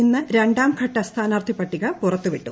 ഇന്ന് രണ്ടാം ഘട്ട സ്ഥാനാർത്ഥി പട്ടിക പുറത്തു വിട്ടു